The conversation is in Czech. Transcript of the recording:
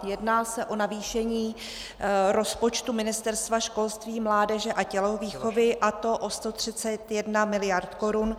Jedná se o navýšení rozpočtu Ministerstva školství, mládeže a tělovýchovy, a to 131 mld. korun.